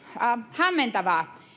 hämmentävää